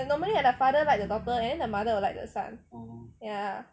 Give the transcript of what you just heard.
like normally like the father like the daughter and then the mother will like the son ya